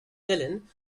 dylan